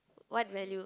what value